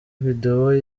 video